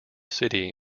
city